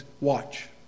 Watch